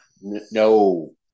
No